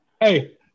Hey